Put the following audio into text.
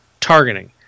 targeting